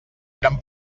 eren